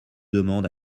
demande